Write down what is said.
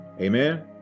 amen